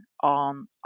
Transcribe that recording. on